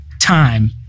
time